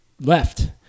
left